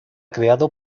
creado